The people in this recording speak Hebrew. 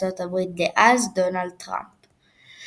ההצבעה נדחתה ל־2020.